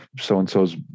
so-and-so's